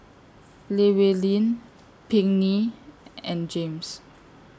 Llewellyn Pinkney and James